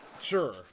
Sure